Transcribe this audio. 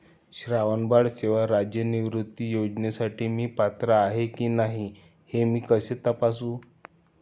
श्रावणबाळ सेवा राज्य निवृत्तीवेतन योजनेसाठी मी पात्र आहे की नाही हे मी कसे तपासू?